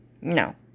no